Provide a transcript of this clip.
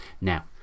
Now